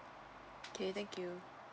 okay thank you